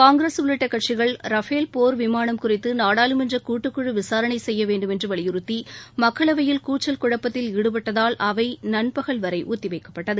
காங்கிரஸ் உள்ளிட்ட கட்சிகள் ரஃபேல் போர் விமானம் குறித்து நாடாளுமன்ற கூட்டுக் குழு விசாரணை செய்ய வேண்டும் என்று வலியுறுத்தி மக்களவையில் கூச்சல் குழப்பத்தில் ஈடுபட்டதால் அவை நண்பகல் வரை ஒத்தி வைக்கப்பட்டது